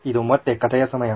ಇದು ಮತ್ತೆ ಕಥೆಯ ಸಮಯ